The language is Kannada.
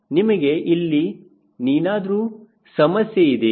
ನಿಮಗೆ ಇಲ್ಲಿ ನೀನಾದ್ರೂ ಸಮಸ್ಯೆ ಇದೆಯಾ